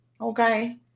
okay